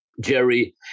Jerry